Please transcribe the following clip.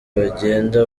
bagenda